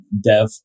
dev